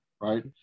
right